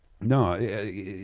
No